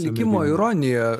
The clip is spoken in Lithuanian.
likimo ironija